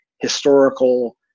historical